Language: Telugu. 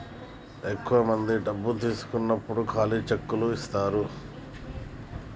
ఎక్కువ మంది డబ్బు తీసుకున్నప్పుడు ఖాళీ చెక్ ఇత్తారు